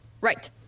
Right